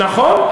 נכון.